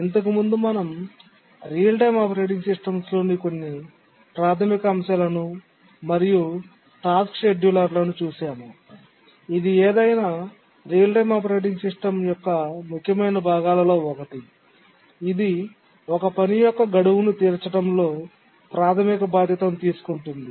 ఇంతకుముందు మనం real time operating systems లోని కొన్ని ప్రాథమిక అంశాలను మరియు టాస్క్ షెడ్యూలర్ ను చూశాము ఇది ఏదైనా రియల్ టైమ్ ఆపరేటింగ్ సిస్టమ్ యొక్క ముఖ్యమైన భాగాలలో ఒకటి ఇది ఒక పని యొక్క గడువుtasks deadline ను తీర్చడంలో ప్రాథమిక బాధ్యత తీసుకుంటుంది